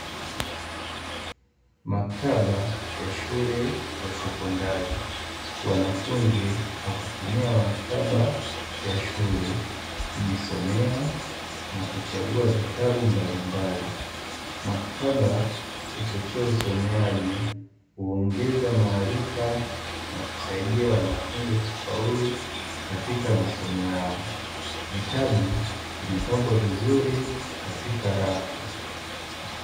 Makataba ya shule ya sekondari, wanafunzi wakitumia makataba ya shule kujisomea, na kuchagua vitabu mbalimbali makataba huchochea usomaji huongeza maarifa na kusaidia wanafunzi kufaulu katika masomo yao, vitabu vimepangwa vizuri katika rafu.